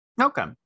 Okay